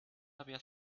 había